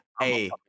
Hey